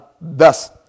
thus